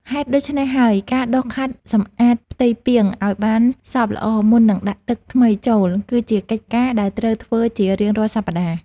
ហេតុដូច្នេះហើយ ការដុសខាត់សម្អាតផ្ទៃពាងឱ្យបានសព្វល្អមុននឹងដាក់ទឹកថ្មីចូល គឺជាកិច្ចការដែលត្រូវធ្វើជារៀងរាល់សប្តាហ៍។